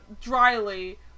dryly